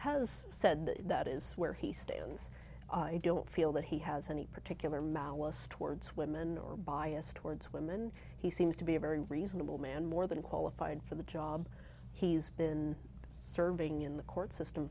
has said that that is where he stands i don't feel that he has any particular malice towards women or bias towards women he seems to be a very reasonable man more than qualified for the job he's been serving in the court system